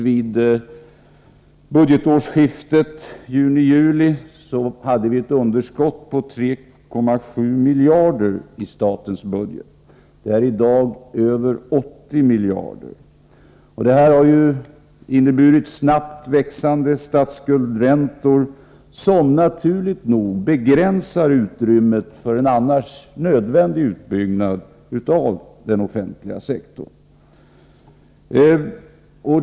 Vid budgetårsskiftet juni-juli 1976 var underskottet i statens budget 3,7 miljarder. I dag är det över 80 miljarder. Detta har inneburit snabbt växande statsskuldsräntor, som naturligt nog begränsar utrymmet för en annars nödvändig utbyggnad av den offentliga sektorn.